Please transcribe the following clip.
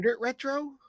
retro